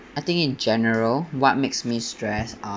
I think in general what makes me stressed uh